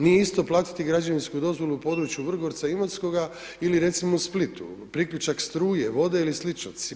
Nije isto platiti građevinsku dozvolu u području Vrgorca ili Imotskoga ili recimo u Splitu, priključak struje, vode ili slično.